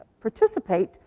participate